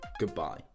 goodbye